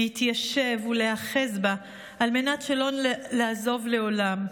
להתיישב ולהיאחז בה על מנת שלא לעזוב לעולם.